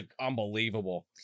unbelievable